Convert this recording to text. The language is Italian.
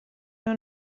non